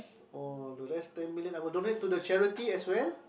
or the rest ten million I will donate to the charity as well